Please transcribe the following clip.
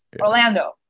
Orlando